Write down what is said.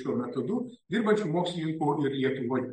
šiuo metodu dirbančių mokslininkų lietuvoje